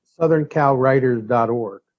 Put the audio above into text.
SouthernCalWriters.org